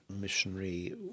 missionary